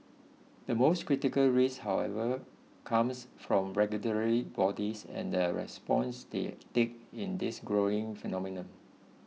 the most critical risk however comes from regulatory bodies and the response they take in this growing phenomenon